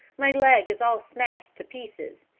my leg is all smashed to pieces